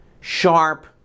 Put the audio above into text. sharp